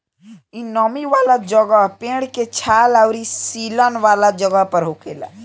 इ नमी वाला जगह, पेड़ के छाल अउरी सीलन वाला जगह पर होखेला